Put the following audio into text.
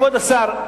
כבוד השר,